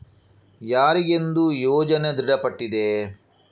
ಯಾರಿಗೆಂದು ಯೋಜನೆ ದೃಢಪಟ್ಟಿದೆ?